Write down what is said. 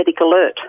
alert